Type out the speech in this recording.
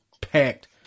packed